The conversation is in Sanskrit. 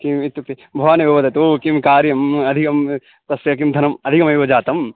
के इत्युक्ते भवान् एव वदतु किं कार्यम् अधिकं तस्य किं धनम् अधिकमेव जातम्